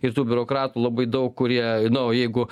ir tų biurokratų labai daug kurie nu jeigu